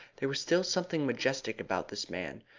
there was still something majestic about this man,